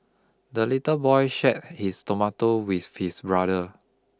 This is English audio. the little boy share his tomato with his brother